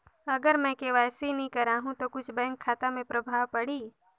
अगर मे के.वाई.सी नी कराहू तो कुछ बैंक खाता मे प्रभाव पढ़ी?